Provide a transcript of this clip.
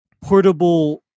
portable